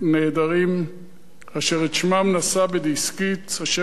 אשר את שמם נשא בדסקית אשר על צווארו,